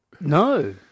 No